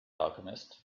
alchemist